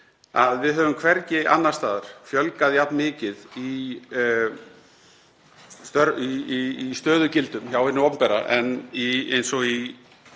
að við höfum hvergi annars staðar fjölgað jafn mikið í stöðugildum hjá hinu opinbera eins og á